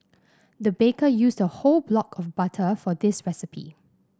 the baker used a whole block of butter for this recipe